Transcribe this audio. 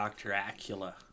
Dracula